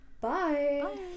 Bye